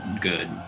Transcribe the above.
good